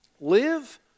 Live